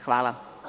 Hvala.